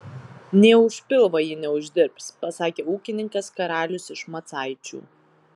nė už pilvą ji neuždirbs pasakė ūkininkas karalius iš macaičių